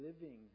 living